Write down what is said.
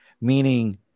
meaning